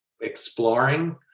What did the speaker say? exploring